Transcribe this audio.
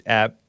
app